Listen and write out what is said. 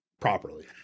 properly